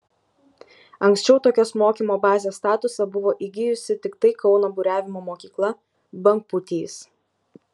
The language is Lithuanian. anksčiau tokios mokymo bazės statusą buvo įgijusi tiktai kauno buriavimo mokykla bangpūtys